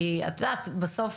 כי את יודעת, בסוף,